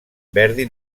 verdi